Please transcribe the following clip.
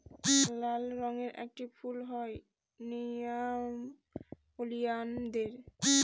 লাল রঙের একটি ফুল হয় নেরিয়াম ওলিয়ানদের